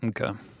Okay